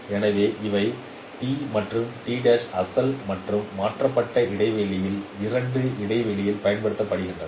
எனவே இவை T மற்றும் அசல் மற்றும் மாற்றப்பட்ட இடைவெளிகளில் இரண்டு இடைவெளிகளில் பயன்படுத்தப்படுகின்றன